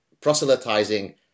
proselytizing